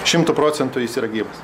šimtu procentų jis yra gyvas